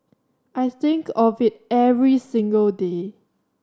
I think of it every single day